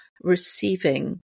receiving